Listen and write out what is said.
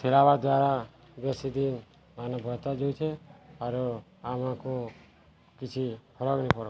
ସିଲାବା ଦ୍ୱାରା ବେଶୀ ଦିନ ମାନେ ଭତା ଯାଉଛେ ଆରୁ ଆମକୁ କିଛି ଫରକ ନାଇଁ ପଡ଼ବା